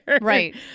Right